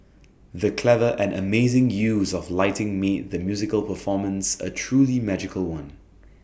the clever and amazing use of lighting made the musical performance A truly magical one